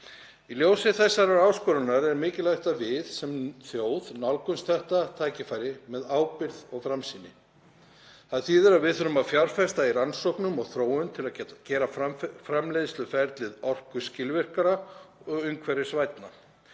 Í ljósi þessarar áskorunar er mikilvægt að við sem þjóð nálgumst þetta tækifæri með ábyrgð og framsýni. Það þýðir að við þurfum að fjárfesta í rannsóknum og þróun til að gera framleiðsluferlið orkuskilvirkara og umhverfisvænna.